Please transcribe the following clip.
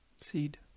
seed